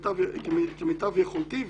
כמיטב יכולתי,